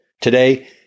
Today